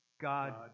God